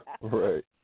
Right